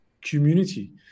community